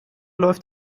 läuft